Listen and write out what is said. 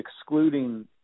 excluding